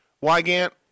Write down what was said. Wygant